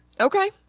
Okay